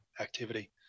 activity